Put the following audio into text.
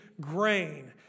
grain